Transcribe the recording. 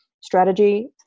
strategy